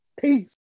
Peace